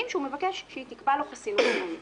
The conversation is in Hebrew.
שהוא מבקש שהיא תקבע לו חסינות דיונית.